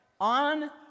On